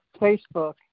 Facebook